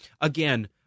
Again